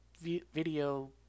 video